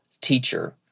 teacher